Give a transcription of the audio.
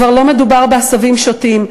כבר לא מדובר בעשבים שוטים,